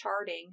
charting